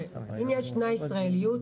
אם יש תנאי של ישראליות,